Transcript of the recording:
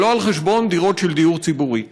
אבל לא על חשבון דירות של דיור ציבורי.